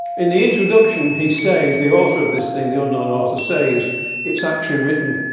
in the introduction, he says, the author of this thing, the unknown author, says it's actually written